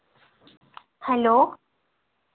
hello